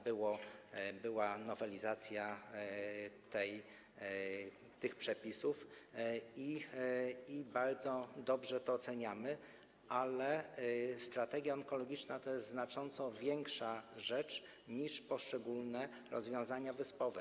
Była nowelizacja tych przepisów i bardzo dobrze to oceniamy, ale strategia onkologiczna to jest znacząco większa rzecz niż poszczególne rozwiązania wyspowe.